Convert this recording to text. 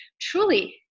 truly